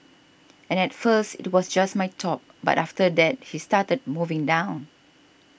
and at first it was just my top but after that he started moving down